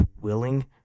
willing